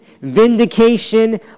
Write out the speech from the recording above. vindication